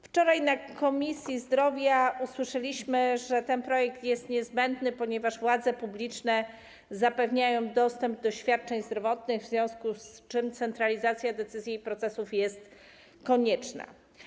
Wczoraj w Komisji Zdrowia usłyszeliśmy, że ten projekt jest niezbędny, ponieważ władze publiczne zapewniają dostęp do świadczeń zdrowotnych, w związku z czym centralizacja decyzji i procesów jest konieczna.